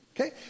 Okay